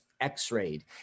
X-rayed